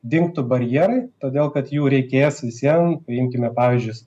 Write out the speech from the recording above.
dingtų barjerai todėl kad jų reikės vis vien paimkime pavyzdžius